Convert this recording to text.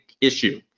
issue